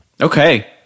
Okay